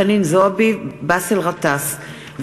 חנין זועבי ובאסל גטאס,